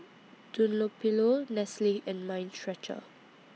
Dunlopillo Nestle and Mind Stretcher